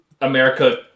America